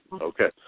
Okay